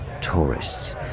tourists